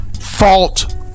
fault